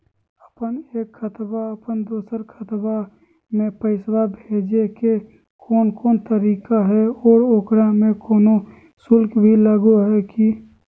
अपन एक खाता से अपन दोसर खाता में पैसा भेजे के कौन कौन तरीका है और ओकरा में कोनो शुक्ल भी लगो है की?